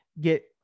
get